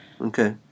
Okay